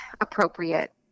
appropriate